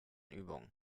übung